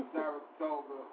Saratoga